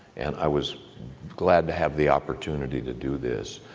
and i was glad to have the opportunity to do this.